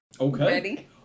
okay